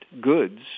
goods